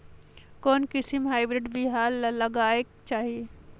कोन किसम हाईब्रिड बिहान ला लगायेक चाही?